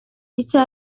icyo